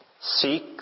seek